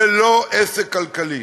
ולא עסק כלכלי.